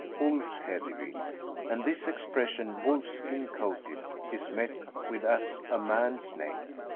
ulfhe ivy and this expression, wolf-skin coated, is met with as a man's name.